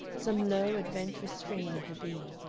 some low adventurous strain in her being,